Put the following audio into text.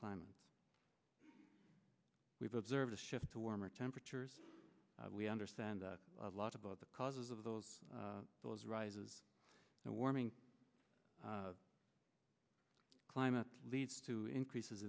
climate we've observed a shift to warmer temperatures we understand a lot about the causes of those those rises the warming climate leads to increases